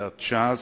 מסיעת ש"ס,